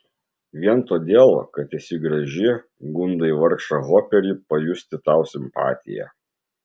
vien todėl kad esi graži gundai vargšą hoperį pajusti tau simpatiją